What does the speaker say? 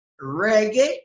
reggae